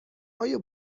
آیا